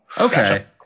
Okay